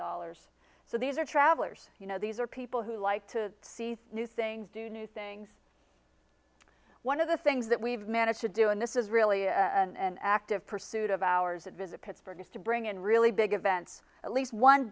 dollars so these are travelers you know these are people who like to see new things do new things one of the things that we've managed to do in this israeli and active pursuit of ours visit pittsburgh is to bring in really big events at least one